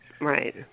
Right